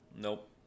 Nope